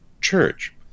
church